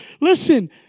Listen